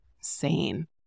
sane